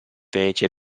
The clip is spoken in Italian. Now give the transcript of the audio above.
fece